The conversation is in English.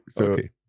Okay